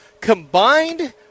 combined